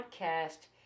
podcast